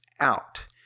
out